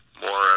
more